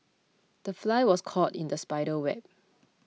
the fly was caught in the spider's web